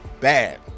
bad